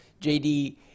JD